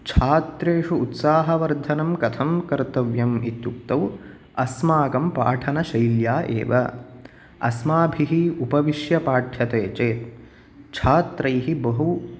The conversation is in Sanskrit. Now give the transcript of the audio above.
छात्रेषु उत्साहवर्धनं कथं कर्तव्यम् इत्युक्तौ अस्माकं पाठनशैल्या एव अस्माभिः उपविश्य पाठ्यते चेत् छात्रैः बहु